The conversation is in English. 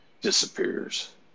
disappears